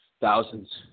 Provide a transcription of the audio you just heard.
thousands